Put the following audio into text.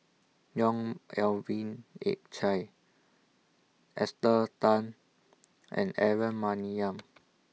Yong Melvin Yik Chye Esther Tan and Aaron Maniam